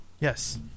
Yes